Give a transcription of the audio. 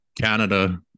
Canada